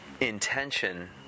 intention